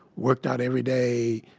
worked out every day.